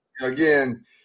again